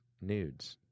nudes